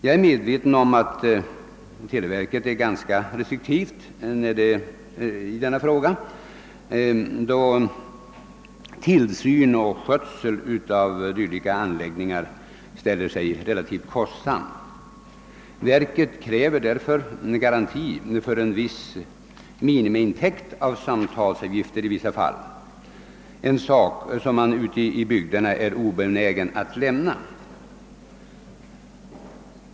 Jag är medveten om att televerket är ganska restriktivt i denna fråga, då tillsyn och skötsel av dylika anläggningar ställer sig relativt kostsamma. Verket kräver därför stundom garanti för en viss minimiintäkt av samtalsavgifter, något som man ute i bygderna är obenägen att lämna.